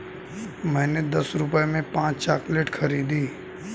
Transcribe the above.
मैंने दस रुपए में पांच चॉकलेट खरीदी